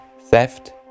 theft